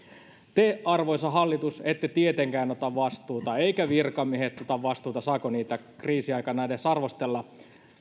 te arvoisa hallitus ette tietenkään ota vastuuta eivätkä virkamiehet ota vastuuta saako heitä kriisiaikana edes arvostella